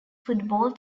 football